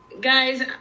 guys